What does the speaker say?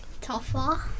tougher